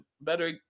better